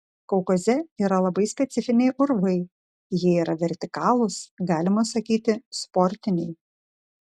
kaukaze yra labai specifiniai urvai jie yra vertikalūs galima sakyti sportiniai